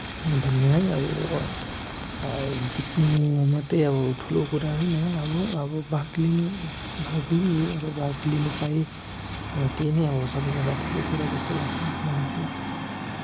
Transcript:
भन्ने है अब जित्नु मात्रै अबो ठुलो कुरा होइन अब अब भाग लिनु भाग लिएँ अब भाग लिनु पाएँ अब त्यही नै अब सबैभन्दा ठुलो कुरो लाग्छ मलाई चाहिँ